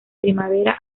primavera